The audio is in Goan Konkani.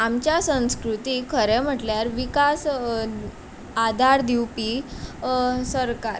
आमच्या संस्कृतीक खरें म्हटल्यार विकास आदार दिवपी सरकार